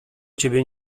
ciebie